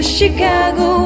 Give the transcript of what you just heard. Chicago